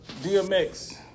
Dmx